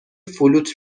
فلوت